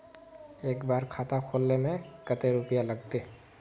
एक बार खाता खोले में कते रुपया लगते?